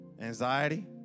anxiety